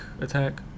attack